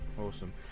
awesome